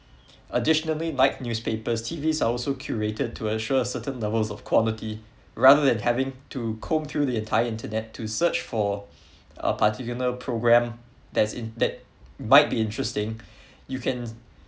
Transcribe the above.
additionally like newspapers T_V's are also curated to ensure certain levels of quality rather than having to comb through the entire internet to search for a particular program there is that that might be interesting you can